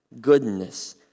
goodness